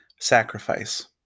sacrifice